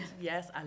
Yes